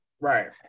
Right